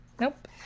Nope